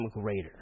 greater